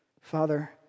Father